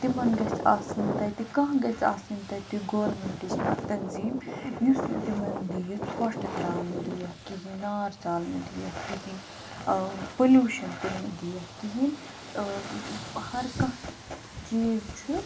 تِمَن گَژھہِ آسٕنۍ تَتہِ کانٛہہ گَژھہِ آسٕنۍ تَتہِ گورمیٚنٛٹٕچ کانٛہہ تنظیٖم یُس نہٕ تِمَن دِیہِ ژھۄٹھ ترٛاونہٕ دِیَکھ کِہیٖنۍ نار زالنہٕ دِیَکھ کِہیٖنۍ ٲں پوٚلیوٗشَن تہِ نہٕ دِیَکھ کِہیٖنۍ ٲں ہَر کانٛہہ چیٖز چھُ